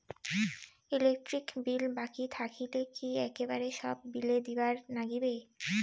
Electric bill বাকি থাকিলে কি একেবারে সব বিলে দিবার নাগিবে?